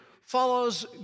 follows